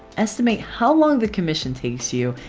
estimate how long the commission takes you,